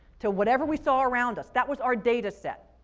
to whatever we saw around us, that was our data set.